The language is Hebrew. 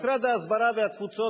משרד ההסברה והתפוצות,